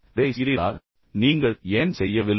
நீங்கள் செய்யவில்லை என்றால் நீங்கள் ஏன் செய்யவில்லை